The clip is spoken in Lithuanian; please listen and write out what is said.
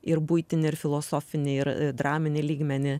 ir buitinį ir filosofinį ir draminį lygmenį